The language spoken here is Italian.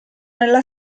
nella